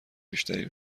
بیشتری